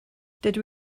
dydw